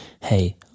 hey